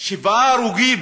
שבעה הרוגים